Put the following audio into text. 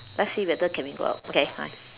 let's see whether can we go out okay bye